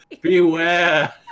Beware